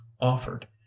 offered